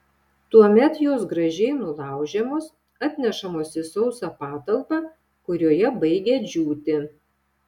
tuomet jos gražiai nulaužiamos atnešamos į sausą patalpą kurioje baigia džiūti